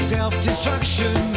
Self-destruction